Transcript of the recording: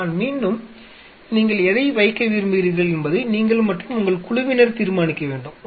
ஆனால் மீண்டும் நீங்கள் எதை வைக்க விரும்புகிறீர்கள் என்பதை நீங்கள் மற்றும் உங்கள் குழுவினர் தீர்மானிக்க வேண்டும்